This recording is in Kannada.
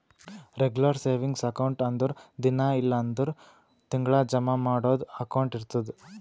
ರೆಗುಲರ್ ಸೇವಿಂಗ್ಸ್ ಅಕೌಂಟ್ ಅಂದುರ್ ದಿನಾ ಇಲ್ಲ್ ಅಂದುರ್ ತಿಂಗಳಾ ಜಮಾ ಮಾಡದು ಅಕೌಂಟ್ ಇರ್ತುದ್